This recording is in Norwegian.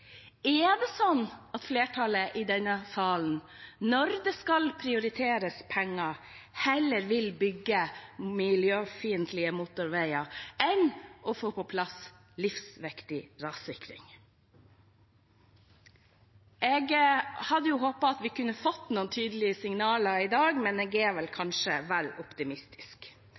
Er det slik at flertallet i denne salen når det skal prioriteres penger heller vil bygge miljøfiendtlige motorveier enn å få på plass livsviktig rassikring? Jeg hadde håpet at vi kunne fått noen tydelige signaler i dag, men jeg er kanskje vel optimistisk.